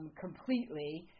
completely